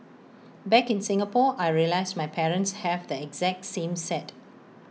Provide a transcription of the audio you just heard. back in Singapore I realised my parents have the exact same set